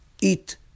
eat